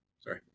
Sorry